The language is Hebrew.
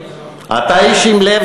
אתה איש עם לב,